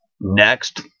next